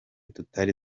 tutari